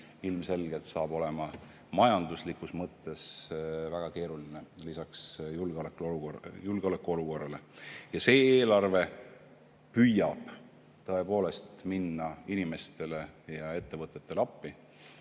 ilmselgelt saab olema majanduslikus mõttes väga keeruline lisaks julgeolekuolukorrale. Ja see eelarve püüab tõepoolest minna inimestele ja ettevõtetele appi,